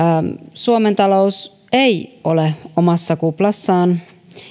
suomen talous ei ole omassa kuplassaan